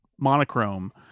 monochrome